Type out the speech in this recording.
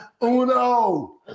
Uno